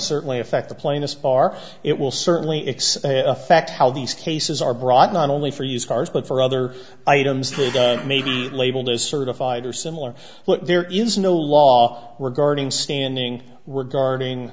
certainly affect the plainest bar it will certainly it's affect how these cases are brought not only for used cars but for other items that may be labeled as certified or similar but there is no law regarding standing regarding